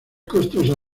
costosa